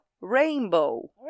rainbow